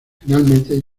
finalmente